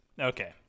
Okay